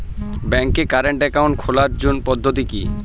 ব্যাংকে current account খোলার পদ্ধতি কি?